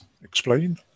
Explain